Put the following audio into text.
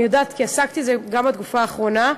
אני יודעת, כי עסקתי בזה גם בתקופה האחרונה.